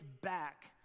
back